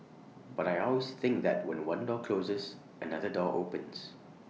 but I always think that when one door closes another door opens